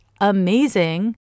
amazing